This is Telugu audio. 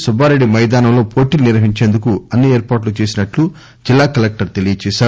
సుబ్బారెడ్డి మైదానం లో పోటీలు నిర్వహించేందుకు అన్ని ఏర్పాట్లు చేసినట్లు జిల్లా కలెక్టర్ తెలియ జేశారు